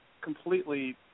completely